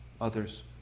others